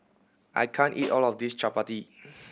I can't eat all of this Chapati